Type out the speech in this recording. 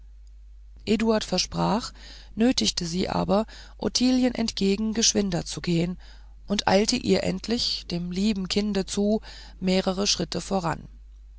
eduard versprach nötigte sie aber ottilien entgegen geschwinder zu gehen und eilte ihr endlich dem lieben kinde zu mehrere schritte voran